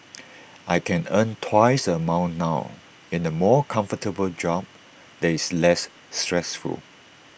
I can earn twice the amount now in A more comfortable job that is less stressful